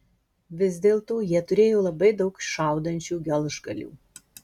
vis dėlto jie turėjo labai daug šaudančių gelžgalių